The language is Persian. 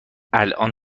الان